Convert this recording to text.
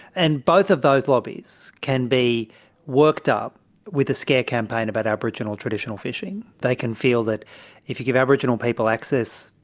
and both of those lobbies can be worked up with a scare campaign about aboriginal traditional fishing. they can feel that if you give aboriginal people access,